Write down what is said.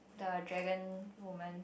the dragon woman